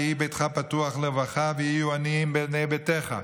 "יהי ביתך פתוח לִרְוָחָה ויהיו עניים בני ביתך".